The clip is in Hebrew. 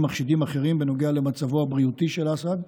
מחשידים אחרים בנוגע למצבו הבריאותי של אסעד,